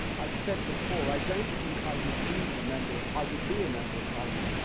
i've said before, i don't think i would be the member of, i would be a member of parliament,